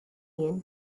jien